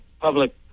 public